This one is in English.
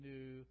New